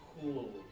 cool